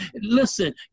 listen